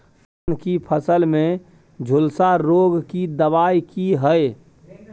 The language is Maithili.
धान की फसल में झुलसा रोग की दबाय की हय?